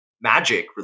magic